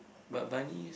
but bunny